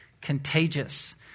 contagious